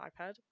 iPad